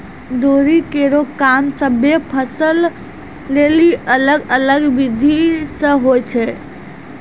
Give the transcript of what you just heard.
दौरी केरो काम सभ्भे फसल लेलि अलग अलग बिधि सें होय छै?